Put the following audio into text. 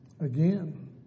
Again